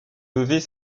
lever